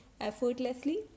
effortlessly